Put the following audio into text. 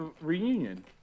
Reunion